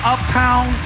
Uptown